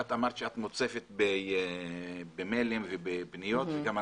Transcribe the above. את אמרת שאת מוצפת במיילים ובפניות וגם אנחנו.